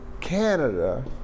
Canada